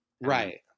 Right